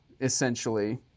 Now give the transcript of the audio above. Essentially